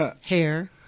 Hair